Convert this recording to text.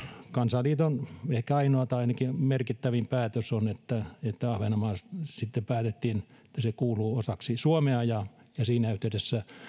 kansainliiton ehkä ainoa tai ainakin merkittävin päätös oli että sitten päätettiin että ahvenanmaa kuuluu osaksi suomea ja siinä yhteydessä